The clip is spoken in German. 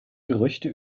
gerüchte